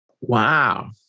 Wow